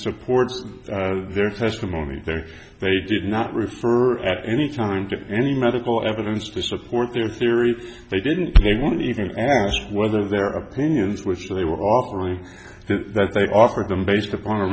supports their testimony there they did not refer at any time to any medical evidence to support their theory they didn't they wouldn't even ask whether their opinions which they were offering that they offered them based upon a